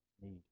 need